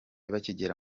bakigera